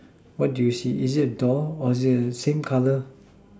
what do you see is it a door or is it a skin colour